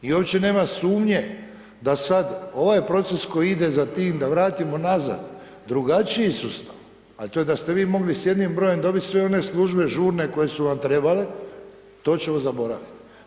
I uopće nema sumnje da sad ovaj proces koji ide za tim da vratimo nazad drugačiji sustav, a to je da ste vi s jednim brojem dobit sve one službe žurne koje su vam trebale, to ćemo zaboravit.